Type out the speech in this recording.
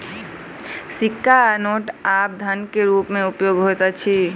सिक्का आ नोट आब धन के रूप में उपयोग होइत अछि